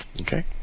Okay